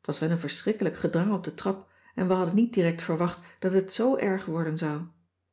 t was wel een verschrikkelijk gedrang op de trap en we hadden niet direkt verwacht dat het zoo erg worden zou